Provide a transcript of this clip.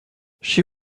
she